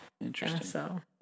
Interesting